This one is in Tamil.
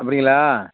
அப்படிங்களா